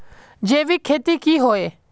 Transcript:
जैविक खेती की होय?